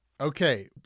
Okay